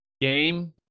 game